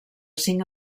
cinc